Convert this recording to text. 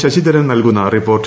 ശശിധരൻ നൽകുന്ന റിപ്പോർട്ട്